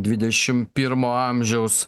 dvidešimt pirmo amžiaus